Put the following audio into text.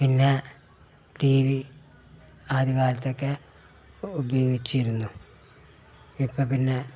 പിന്നെ T V ആദികാലത്തൊക്കെ ഉപയോഗിച്ചിരുന്നു ഇപ്പം പിന്നെ